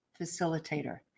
facilitator